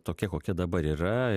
tokia kokia dabar yra